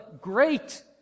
great